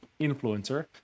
influencer